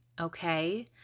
okay